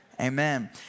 Amen